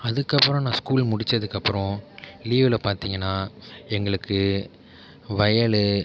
அதுக்கப்புறம் நான் ஸ்கூல் முடிச்சதுக்கப்புறம் லீவ்வில பார்த்திங்கனா எங்களுக்கு வயல்